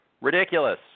Ridiculous